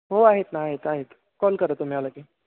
हो आहेत ना आहेत आहेत कॉल करा तुम्ही आला की